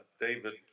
David